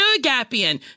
Agapian